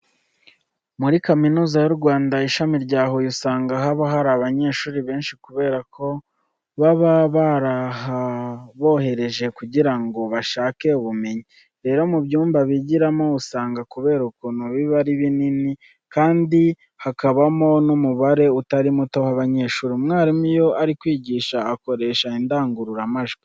Muri Kaminuza y'u Rwanda, ishami rya Huye usanga haba hari abanyeshuri benshi kubera ko baba barahabohereje kugira ngo bashake ubumenyi. Rero mu byumba bigiramo, usanga kubera ukuntu biba ari binini kandi hakabamo n'umubare utari muto w'abanyeshuri, umwarimu iyo ari kwigisha akoresha indangururamajwi.